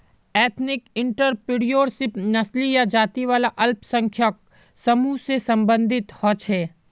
ethnic entrepreneurship नस्ली या जाती वाला अल्पसंख्यक समूह से सम्बंधित होछे